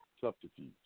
subterfuge